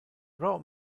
pro